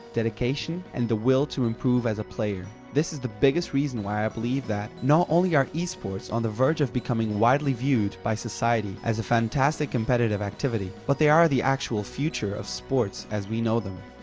dedication and the will to improve as a player. this is the biggest reason, why i believe that, not only are esports on the verge of becoming widely viewed by society as a fantastic competitive activity, but they are the actual future of sports as we know them.